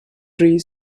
tree